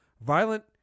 violent